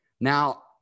Now